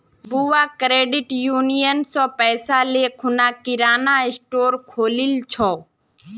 बुआ credit union स पैसा ले खूना किराना स्टोर खोलील छ